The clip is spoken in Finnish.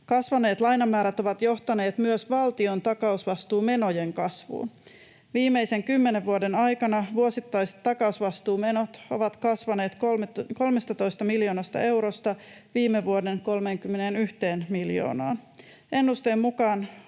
Kasvaneet lainamäärät ovat johtaneet myös valtion takausvastuumenojen kasvuun. Viimeisen kymmenen vuoden aikana vuosittaiset takausvastuumenot ovat kasvaneet 13 miljoonasta eurosta viime vuoden 31 miljoonaan. Ennusteen mukaan